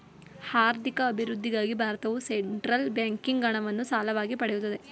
ಆರ್ಥಿಕ ಅಭಿವೃದ್ಧಿಗಾಗಿ ಭಾರತವು ಸೆಂಟ್ರಲ್ ಬ್ಯಾಂಕಿಂದ ಹಣವನ್ನು ಸಾಲವಾಗಿ ಪಡೆಯುತ್ತದೆ